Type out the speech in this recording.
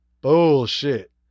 bullshit